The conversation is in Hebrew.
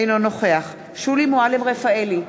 אינו נוכח שולי מועלם-רפאלי,